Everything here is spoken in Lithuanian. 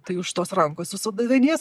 tai už tos rankos visada vedies